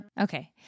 Okay